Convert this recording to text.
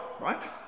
right